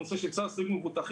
הנושא של צו סיווג מבוטחים,